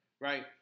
right